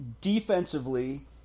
defensively